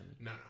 No